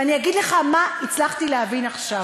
ואני אגיד לך מה הצלחתי להבין עכשיו: